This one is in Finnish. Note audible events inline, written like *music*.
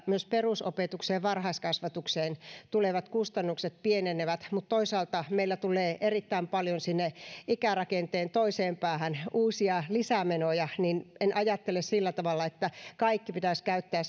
myös perusopetukseen ja varhaiskasvatukseen tulevat kustannukset pienenevät mutta toisaalta meillä tulee erittäin paljon sinne ikärakenteen toiseen päähän uusia lisämenoja enkä ajattele sillä tavalla että kaikki pitäisi käyttää *unintelligible*